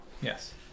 yes